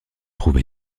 trouva